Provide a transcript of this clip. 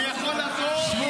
שבו